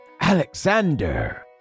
Alexander